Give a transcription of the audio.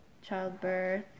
childbirth